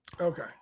Okay